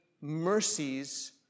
mercies